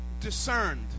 discerned